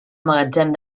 magatzem